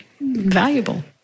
valuable